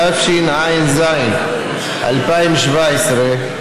התשע"ז 2017,